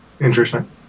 Interesting